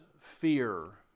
fear